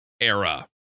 era